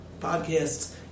podcasts